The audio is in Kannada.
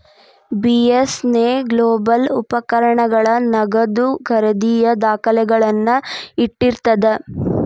ಬಿ.ಎಸ್ ನೆಗೋಬಲ್ ಉಪಕರಣಗಳ ನಗದು ಖರೇದಿಯ ದಾಖಲೆಗಳನ್ನ ಇಟ್ಟಿರ್ತದ